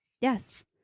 yes